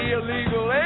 illegal